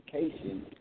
education